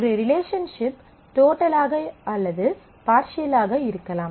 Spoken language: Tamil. ஒரு ரிலேஷன்ஷிப் டோட்டலாக அல்லது பார்சியலாக இருக்கலாம்